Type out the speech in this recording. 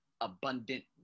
abundant